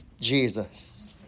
Jesus